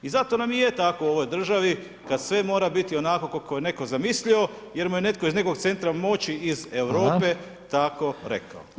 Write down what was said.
I zato nam i je tako u ovoj državi kada sve mora biti onako kako je netko zamislio jer mu je netko iz nekog centra moći iz Europe tako rekao.